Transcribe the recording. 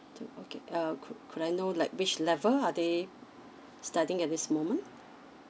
two okay uh cou~ could I know like which level are they studying at this moment